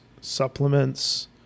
supplements